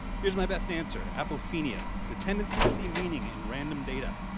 here's my best answer. apophenia. the tendency to see meaning in random data.